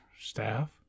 staff